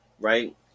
right